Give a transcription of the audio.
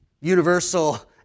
universal